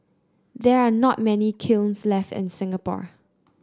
there are not many kilns left in Singapore